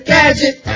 Gadget